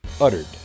uttered